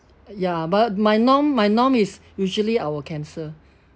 ya but my norm my norm is usually I will cancel